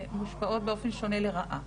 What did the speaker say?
ומושפעות באופן שונה לרעה.